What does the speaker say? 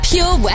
Pure